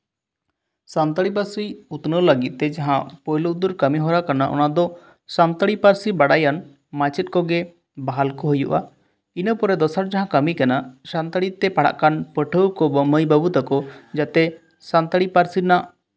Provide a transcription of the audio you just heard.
ᱥᱟᱱᱛᱟᱲᱤ ᱯᱟᱹᱨᱥᱤ ᱩᱛᱱᱟᱹᱣ ᱞᱟᱹᱜᱤᱫ ᱛᱮ ᱡᱟᱦᱟᱸ ᱯᱳᱭᱞᱳ ᱩᱛᱟᱹᱨ ᱠᱟᱹᱢᱤᱦᱚᱨᱟ ᱠᱟᱱᱟ ᱚᱱᱟ ᱫᱚ ᱥᱟᱱᱛᱟᱲᱤ ᱯᱟᱹᱨᱥᱤ ᱵᱟᱰᱟᱭᱟᱱ ᱢᱟᱪᱮᱫ ᱠᱚᱜᱮ ᱵᱟᱦᱟᱞ ᱠᱚ ᱦᱩᱭᱩᱜᱼᱟ ᱤᱱᱟᱹᱯᱚᱨᱮ ᱫᱚᱥᱟᱨ ᱡᱟᱦᱟᱸ ᱠᱟᱹᱢᱤ ᱠᱟᱱᱟ ᱥᱟᱱᱛᱟᱲᱤ ᱛᱮ ᱯᱟᱲᱦᱟᱜ ᱠᱟᱱ ᱯᱟᱹᱴᱷᱩᱣᱟᱹ ᱠᱚ ᱵᱟ ᱢᱟᱹᱭ ᱵᱟᱹᱵᱩ ᱛᱟᱠᱚ ᱡᱟᱛᱮ ᱥᱟᱱᱛᱟᱲᱤ ᱯᱟᱹᱨᱥᱤ ᱨᱮᱱᱟᱜ